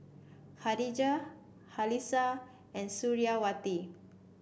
Khadija Khalish and Suriawati